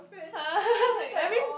I mean